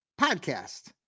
podcast